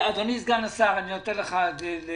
אדוני סגן השר, אני נותן לך להשלים.